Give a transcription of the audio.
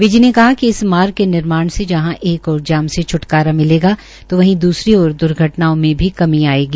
विज ने कहा कि इस मार्ग के निर्माण से जहां एक ओर जाम से छुटकारा मिलेगा तो वहीं दूसरी ओर दर्घटनाओं में भी कमी आयेगी